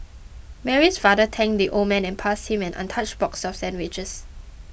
Mary's father thanked the old man and passed him an untouched box of sandwiches